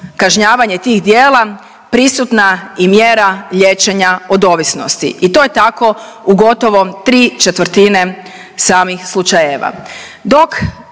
kažnjavanje tih djela prisutna i mjera liječenja od ovisnosti. I to je tako u gotovo tri četvrtine samih slučajeva.